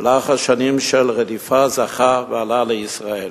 ולאחר שנים של רדיפה זכה ועלה לישראל,